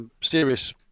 serious